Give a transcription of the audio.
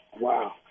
Wow